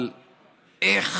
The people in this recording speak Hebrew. על איך